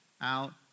out